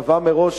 וקבע מראש,